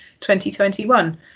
2021